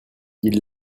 ils